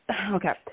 okay